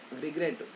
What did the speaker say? regret